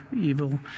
evil